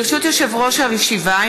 ברשות יושב-ראש הישיבה,